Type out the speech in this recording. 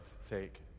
sake